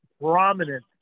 Prominent